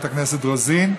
לחברת הכנסת רוזין.